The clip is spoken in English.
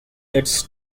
its